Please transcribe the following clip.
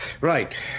Right